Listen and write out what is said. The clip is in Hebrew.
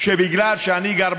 שבגלל שאני גר בדרום,